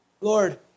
Lord